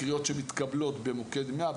קריאות שמתקבלות במוקד 100,